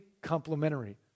complementary